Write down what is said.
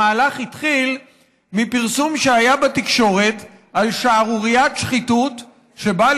המהלך התחיל מפרסום שהיה בתקשורת על שערוריית שחיתות שבה,